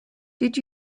did